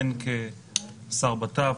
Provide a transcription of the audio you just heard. כשר הבט"פ,